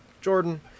Jordan